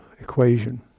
equation